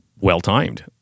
well-timed